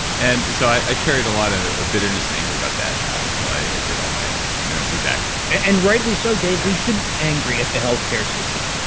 and so i carried a lot of ah bitterness and anger about that until i did all my neurofeedback in. and rightly so, dave yeah we should be angry at the healthcare system.